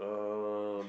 um